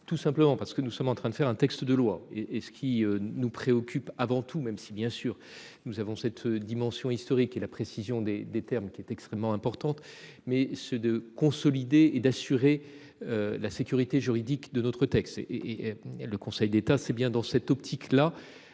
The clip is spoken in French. Tout simplement parce que nous sommes en train de faire un texte de loi et et ce qui nous préoccupe avant tout même si bien sûr, nous avons cette dimension historique et la précision des des termes qui est extrêmement importante, mais ceux de consolider et d'assurer. La sécurité juridique de notre texte. Et et et le Conseil d'État, c'est bien dans cette optique là.